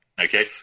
okay